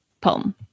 poem